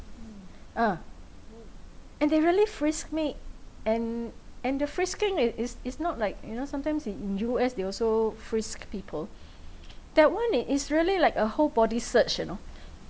uh and they really frisked me and and the frisking it is is not like you know sometimes in in U_S they also frisk people that one it is really like a whole body search you know